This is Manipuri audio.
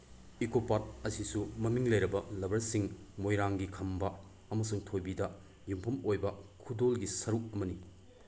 ꯏꯀꯣꯞ ꯄꯥꯠ ꯑꯁꯤꯁꯨ ꯃꯃꯤꯡ ꯂꯩꯔꯕ ꯂꯕꯔꯁꯤꯡ ꯃꯣꯏꯔꯥꯡꯒꯤ ꯈꯝꯕ ꯑꯃꯁꯨꯡ ꯊꯣꯏꯕꯤꯗ ꯌꯨꯝꯐꯝ ꯑꯣꯏꯕ ꯈꯨꯗꯣꯜꯒꯤ ꯁꯔꯨꯛ ꯑꯃꯅꯤ